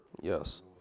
yes